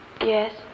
Yes